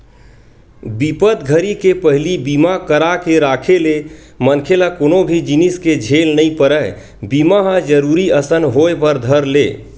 बिपत घरी के पहिली बीमा करा के राखे ले मनखे ल कोनो भी जिनिस के झेल नइ परय बीमा ह जरुरी असन होय बर धर ले